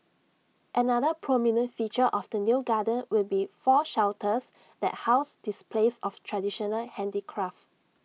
another prominent feature of the new garden will be four shelters that house displays of traditional handicraft